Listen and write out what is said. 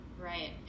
Right